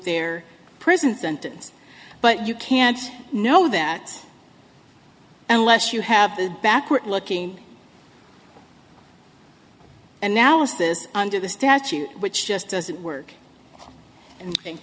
their prison sentence but you can't know that unless you have the backward looking and now is this under the statute which just doesn't work and thank